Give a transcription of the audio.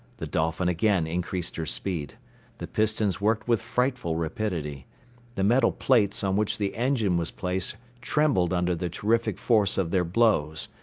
the dolphin again increased her speed the pistons worked with frightful rapidity the metal plates on which the engine was placed trembled under the terrific force of their blows.